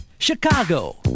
Chicago